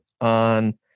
on